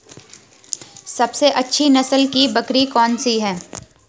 सबसे अच्छी नस्ल की बकरी कौन सी है?